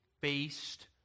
based